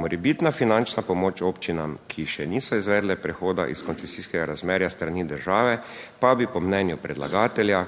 Morebitna finančna pomoč občinam, ki še niso izvedle prehoda iz koncesijskega razmerja s strani države, pa bi po mnenju predlagatelja